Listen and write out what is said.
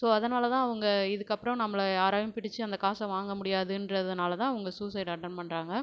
so அதனால் தான் அவங்க இதுக்கு அப்புறம் நம்பள யாராலேயும் பிடித்து அந்த காசை வாங்க முடியாதுன்றதுனால் தான் அவங்க சூசைட் அட்டன் பண்ணுறாங்க